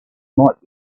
might